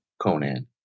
Conan